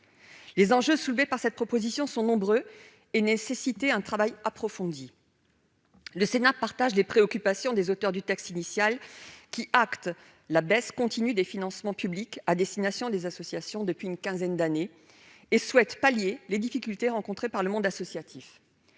Les enjeux soulevés par cette proposition sont nombreux et ont nécessité un travail approfondi. Le Sénat partage les préoccupations des auteurs du texte initial, qui actent la baisse continue des financements publics à destination des associations depuis une quinzaine d'années, et souhaitent pallier les difficultés rencontrées par le monde associatif.